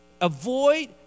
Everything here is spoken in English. Avoid